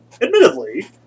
admittedly